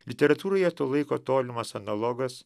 literatūroje to laiko tolimas analogas